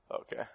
Okay